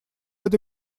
это